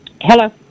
Hello